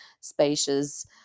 spacious